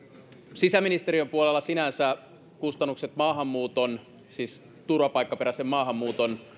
sisäministeriön puolella sinänsä kustannukset maahanmuuton siis turvapaikkaperäisen maahanmuuton